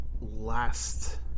last